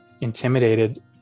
intimidated